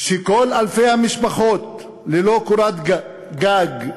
אלפי משפחות ללא קורת גג,